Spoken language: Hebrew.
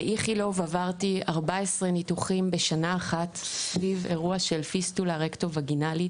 באיכילוב עברתי 14 ניתוחים בשנה אחת סביב אירוע של פיסטולה רקטו-וגינלית